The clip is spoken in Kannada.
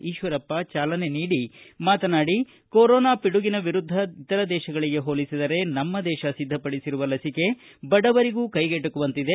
ಈಶ್ವರಪ್ಪ ಜಾಲನೆ ನೀಡಿ ಮಾತನಾಡಿ ಕೊರೊನಾ ಪಿಡುಗಿನ ವಿರುದ್ದ ಇತರ ದೇಶಗಳಿಗೆ ಹೋಲಿಸಿದರೆ ನಮ್ಮ ದೇಶ ಸಿದ್ದಪಡಿಸಿರುವ ಲಸಿಕೆ ಬಡವರಿಗೂ ಕ್ರೈಗೆಟಕುವಂತಿದೆ